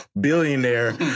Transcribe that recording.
billionaire